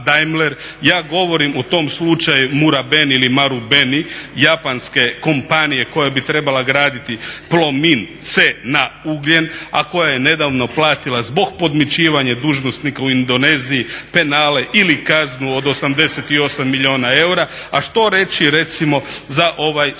Ja govorim o tom slučaju Muraben ili Marubeni japanske kompanije koja bi trebala graditi Plomin C na ugljen, a koja je nedavno platila zbog podmićivanja dužnosnika u Indoneziji penale ili kaznu od 88 milijuna eura. A što reći recimo za ovaj slučaj